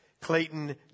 Clayton